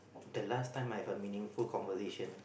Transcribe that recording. the last time I have a meaningful conversation